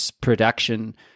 production